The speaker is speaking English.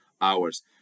hours